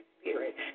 spirit